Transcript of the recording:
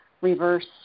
reverse